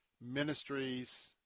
ministries